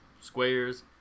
squares